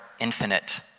infinite